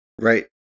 Right